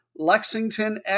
Lexington